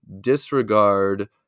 disregard